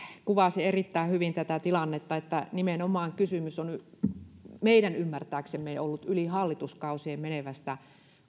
kuvasi erittäin hyvin tätä tilannetta että nimenomaan kysymys on meidän ymmärtääksemme ollut yli hallituskausien menevästä